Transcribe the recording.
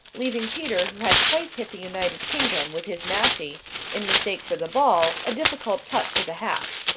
leaving peter, who had twice hit the united kingdom with his mashie in mistake for the ball, a difficult putt for the half.